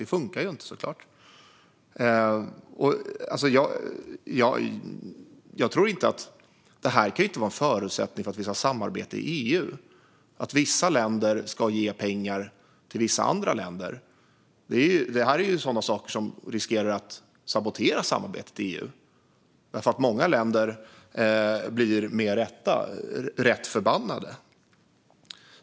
Det funkar såklart inte. Detta kan inte vara en förutsättning för att vi ska ha ett samarbete i EU, alltså att vissa länder ska ge pengar till vissa andra länder. Det är sådana saker som riskerar att sabotera samarbetet i EU. Många länder blir, med rätta, rätt förbannade.